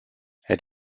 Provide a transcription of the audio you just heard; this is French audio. elle